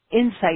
insight